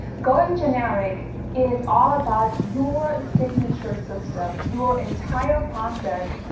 going generic is all about your signature system, your entire process,